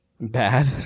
Bad